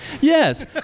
yes